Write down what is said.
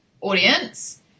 audience